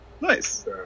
Nice